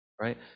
right